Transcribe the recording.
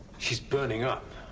she's burning up.